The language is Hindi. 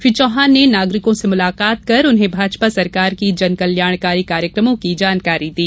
श्री चौहान ने नागरिकों से मुलाकात कर उन्हें भाजपा सरकार की जनकल्याणकारी कार्यक्रमों की जानकारी दी